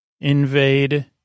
Invade